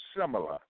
similar